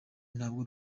ntabwo